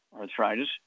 arthritis